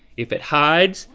if it hides,